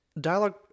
Dialogue